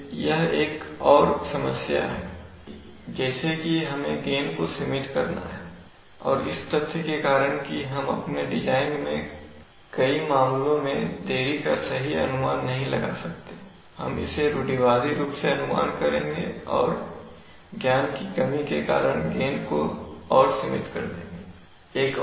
इसलिए यह एक और समस्या है कि जैसे कि हमें गेन को सीमित करना है और इस तथ्य के कारण कि हम अपने डिजाइन में कई मामलों में देरी का सही अनुमान नहीं लगा सकते हैं हम इसे रूढ़िवादी रूप से अनुमान करेंगे और ज्ञान की कमी के कारण गेन को और सीमित कर देंगे